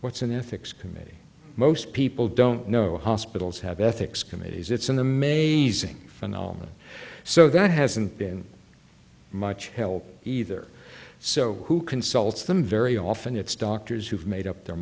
what's an ethics committee most people don't know hospitals have ethics committees it's an amazing phenomena so that hasn't been much help either so who consults them very often it's doctors who've made up their